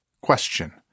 Question